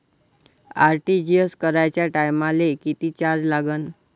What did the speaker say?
RTGS कराच्या टायमाले किती चार्ज लागन?